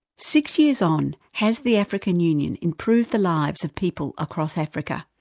six years on, has the african union improved the lives of people across africa?